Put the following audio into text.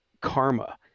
karma